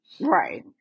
Right